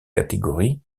catégories